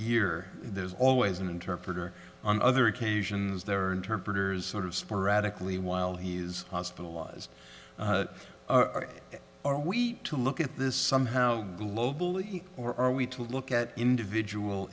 year there's always an interpreter on other occasions there are interpreters sort of sporadically while he's hospitalized are we to look at this somehow globally or are we to look at individual